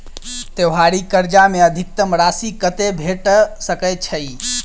त्योहारी कर्जा मे अधिकतम राशि कत्ते भेट सकय छई?